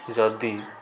ଯଦି